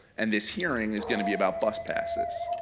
and this hearing is going to be about bus passes.